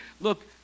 Look